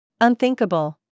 Unthinkable